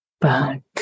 back